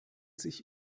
sich